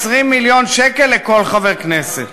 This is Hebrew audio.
20 מיליון שקל לכל חבר כנסת.